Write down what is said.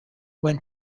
when